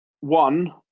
One